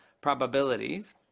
probabilities